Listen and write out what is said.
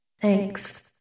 Thanks